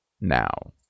Now